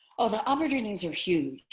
oh, the opportunities are huge.